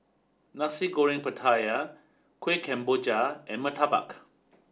Nasi Goreng Pattaya Kueh Kemboja and Murtabak